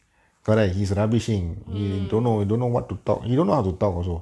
mm